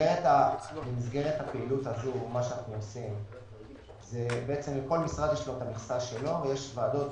במסגרת הפעילות הזו בעצם לכל משרד יש את המכסה שלו ויש ועדות